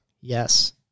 Yes